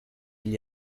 gli